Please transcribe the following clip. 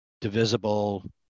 divisible